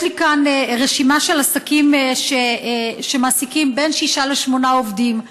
יש לי כאן רשימה של עסקים שמעסיקים בין שישה לשמונה עובדים,